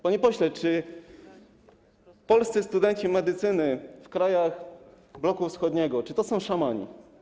Panie pośle, czy polscy studenci medycyny w krajach bloku wschodniego to są szamani?